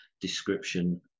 description